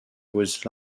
was